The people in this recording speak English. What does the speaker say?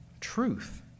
truth